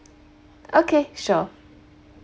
okay sure